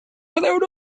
without